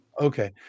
Okay